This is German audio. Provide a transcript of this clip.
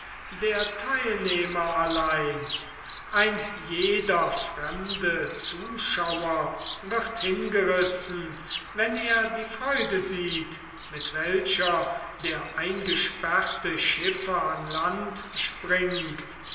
der teilnehmer allein ein jeder fremde zuschauer wird hingerissen wenn er die freude sieht mit welcher der eingesperrte schiffer ans land springt